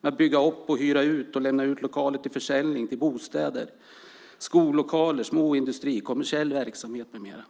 med att bygga upp, hyra ut och lämna ut lokaler till försäljning till bostäder, skollokaler, småindustri, kommersiell verksamhet med mera.